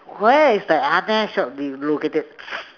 where is the other shop you located